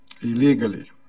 illegally